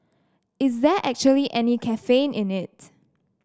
is there actually any caffeine in it